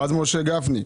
משה גפני: